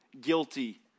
guilty